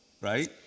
Right